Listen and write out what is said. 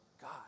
God